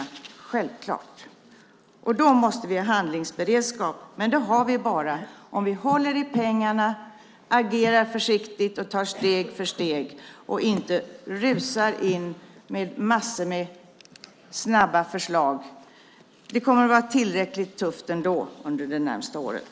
Det är självklart. Då måste vi ha handlingsberedskap. Men det har vi bara om vi håller i pengarna, agerar försiktigt, tar steg för steg och inte rusar in med en massa snabba förslag. Det kommer att vara tillräckligt tufft ändå under det närmaste året.